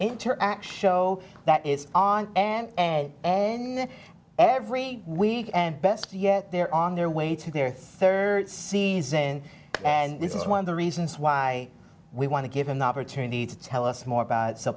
show that is on and and and every week and best yet they're on their way to their third season and this is one of the reasons why we want to give an opportunity to tell us more about